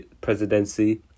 presidency